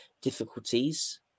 difficulties